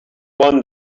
one